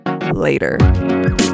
later